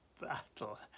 battle